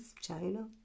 China